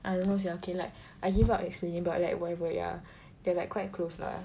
I don't know sia okay like I give up explaining but like whatever yeah they're like quite close lah